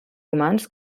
romans